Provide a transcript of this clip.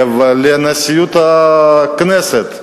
לנשיאות הכנסת,